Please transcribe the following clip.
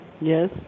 Yes